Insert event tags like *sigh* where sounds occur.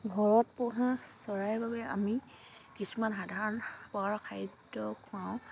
ঘৰত পোহা চৰাইৰ বাবে আমি কিছুমান সাধাৰণ *unintelligible*